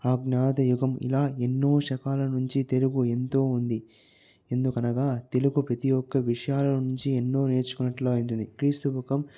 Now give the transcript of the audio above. అజ్ఞాత యుగం ఇలా ఎన్నో శకాల నుంచి తెలుగు ఎంతో ఉంది ఎందుకనగా తెలుగు ప్రతి యొక్క విషయాల నుంచి ఎన్నో నేర్చుకున్నట్లు అలాంటిది క్రీస్తు శకం